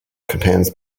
contains